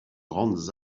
grandes